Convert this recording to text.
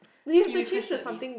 he requested me